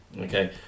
Okay